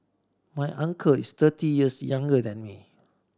my uncle is thirty years younger than me